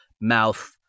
mouth